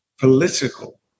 political